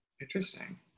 Interesting